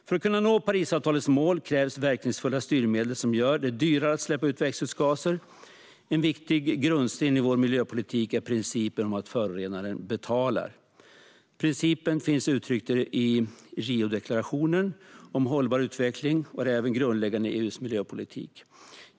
För att kunna nå Parisavtalets mål krävs verkningsfulla styrmedel som gör det dyrare att släppa ut växthusgaser. En viktig grundsten i vår miljöpolitik är principen om att förorenaren betalar. Principen finns uttryckt i Riodeklarationen om hållbar utveckling och är även grundläggande i EU:s miljöpolitik.